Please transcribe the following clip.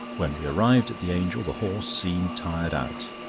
when we arrived at the angel the horse seemed tired out.